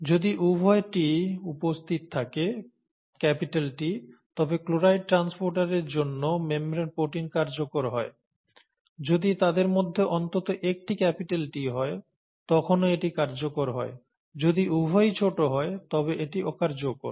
যদি উভয় T উপস্থিত থাকে তবে ক্লোরাইড ট্রান্সপোর্টারের জন্য মেমব্রেন প্রোটিন কার্যকর হয় যদি তাদের মধ্যে অন্তত একটি T হয় তখনো এটি কার্যকর হয় যদি উভয়ই ছোট হয় তবে এটি অকার্যকর